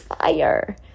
Fire